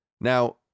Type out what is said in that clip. Now